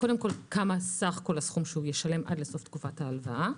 קודם כל כמה סך כל הסכום שהוא ישלם עד סוף תקופת ההלוואה,